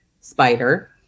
spider